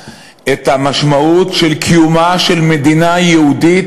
למשמעות של קיומה של מדינה יהודית,